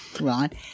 Right